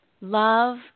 love